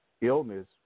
illness